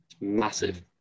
Massive